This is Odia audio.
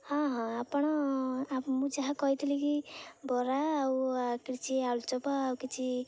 ହଁ ହଁ ଆପଣ ମୁଁ ଯାହା କହିଥିଲି କି ବରା ଆଉ କିଛି ଆଳୁଚପ ଆଉ କିଛି